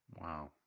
wow